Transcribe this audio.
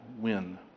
win